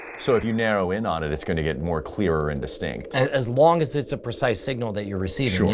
so if you narrow in on it, it's going to get more clearer and distinct? brian as long as it's a precise signal that you're receiving,